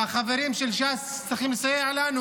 והחברים של ש"ס צריכים לסייע לנו